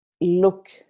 look